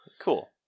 cool